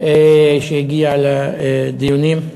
שהגיע לדיונים.